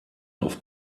auf